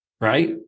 Right